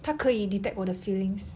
他可以 detect 我的 feelings